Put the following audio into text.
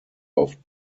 auf